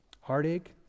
heartache